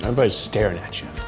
and but staring at you.